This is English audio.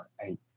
eight